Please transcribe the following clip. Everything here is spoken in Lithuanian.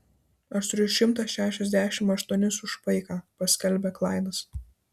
aš turiu šimtą šešiasdešimt aštuonis už paiką paskelbė klaidas